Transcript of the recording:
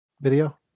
video